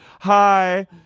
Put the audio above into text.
Hi